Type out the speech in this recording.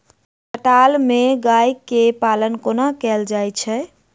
खटाल मे गाय केँ पालन कोना कैल जाय छै?